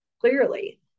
clearly